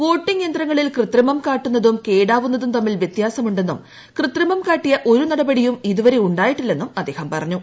voting യന്ത്രങ്ങളിൽ കൃത്രിമം കാട്ടുന്നതും ക്ഷേട്ടാവുന്നതും തമ്മിൽ വ്യത്യാസമുണ്ടെന്നും കൃത്രിമം കാട്ടിയ ഒരു നടപടിയും ഇതുവരെ ഉണ്ടായിട്ടില്ലെന്നും അദ്ദേഹം പറഞ്ഞു